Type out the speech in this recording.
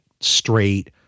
straight